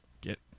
Get